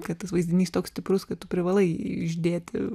kartais vaizdinys toks stiprus kad tu privalai jį išdėti